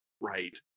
Right